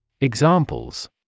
Examples